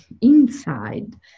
inside